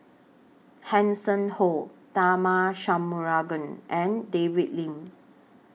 Hanson Ho Tharman Shanmugaratnam and David Lim